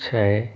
छः